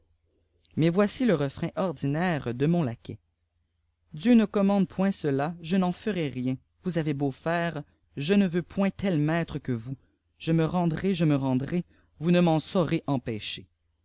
mais voici le refrain ordinaire de mon laquais dieu ne commande point cela je n'en ferai rien vous avez beau faire je ne veux point tel maître que vous je me rendrai je me rendrai vous ne m'en saurez empêcher